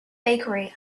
bakery